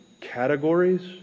categories